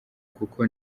koko